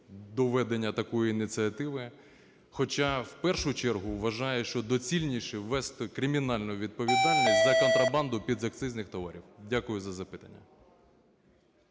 до введення такої ініціативи, хоча в першу чергу вважає, що доцільніше ввести кримінальну відповідальність за контрабанду підакцизних товарів. Дякую за запитання.